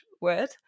word